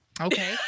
okay